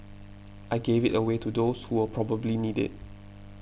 I gave it away to those who will probably need it